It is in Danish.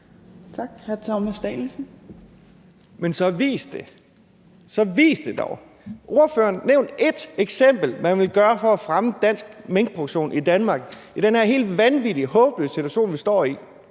Men så vis det dog. Nævn bare ét eksempel på, hvad man vil gøre for at fremme minkproduktionen i Danmark i den her helt vanvittige og håbløse situation, vi står i.